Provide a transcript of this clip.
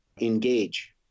engage